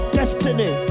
destiny